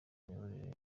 imiyoborere